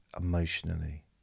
emotionally